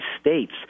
states